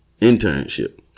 internship